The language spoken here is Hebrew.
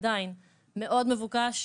עדיין מאוד מבוקש.